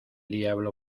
diablo